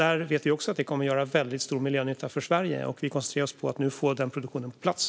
Vi vet att det kommer att göra väldigt stor miljönytta för Sverige. Vi koncentrerar oss nu på att få den produktionen på plats.